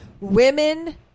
Women